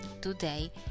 Today